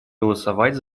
голосовать